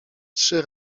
trzy